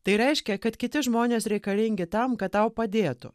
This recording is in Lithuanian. tai reiškia kad kiti žmonės reikalingi tam kad tau padėtų